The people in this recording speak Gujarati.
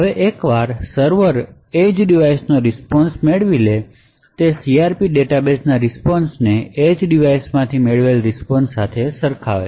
હવે એકવાર સર્વર એજ ડિવાઇસનો રીસ્પોન્શ મેળવે છે તે CRP ડેટાબેસ રીસ્પોન્શને એજ ડિવાઇસમાંથી મેળવેલા રીસ્પોન્શ સાથે સરખાવે છે